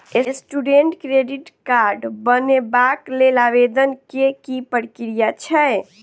Student credit card बनेबाक लेल आवेदन केँ की प्रक्रिया छै?